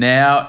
Now